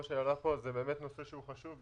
זה באמת נושא שהוא חשוב,